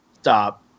Stop